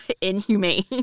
inhumane